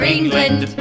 England